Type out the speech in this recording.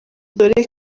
dore